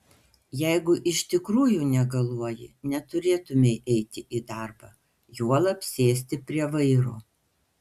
jeigu iš tikrųjų negaluoji neturėtumei eiti į darbą juolab sėsti prie vairo